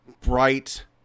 Bright